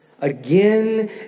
again